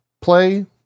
play